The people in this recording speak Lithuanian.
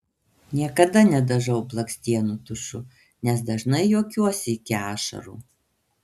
niekada nedažau blakstienų tušu nes dažnai juokiuosi iki ašarų